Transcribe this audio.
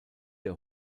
der